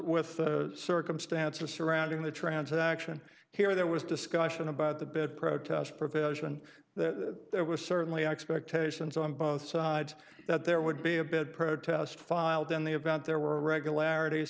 with the circumstances surrounding the transaction here there was discussion about the bid protest provision and that there was certainly expectations on both sides that there would be a bid protest filed in the event there were irregularit